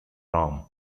ram